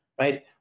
right